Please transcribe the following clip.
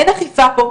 אין אכיפה פה.